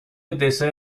دسر